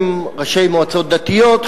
הם ראשי מועצות דתיות,